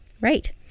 Right